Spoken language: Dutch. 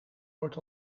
wordt